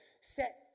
set